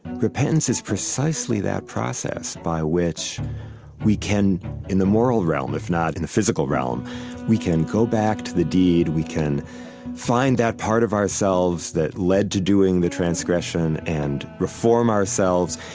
repentance is precisely that process by which we can in the moral realm, if not in the physical realm we can go back to the deed, we can find that part of ourselves that led to doing the transgression, and reform ourselves.